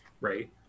right